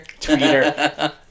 Twitter